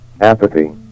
apathy